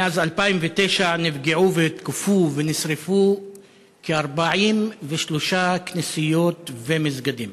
מאז 2009 נפגעו והותקפו ונשרפו כ-43 כנסיות ומסגדים.